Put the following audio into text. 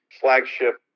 Flagship